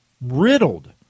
riddled